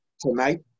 tonight